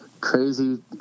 crazy